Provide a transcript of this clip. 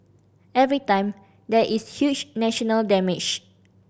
every time there is huge national damage